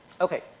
Okay